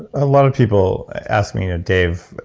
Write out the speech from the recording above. a lot of people ask me, ah dave,